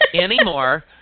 anymore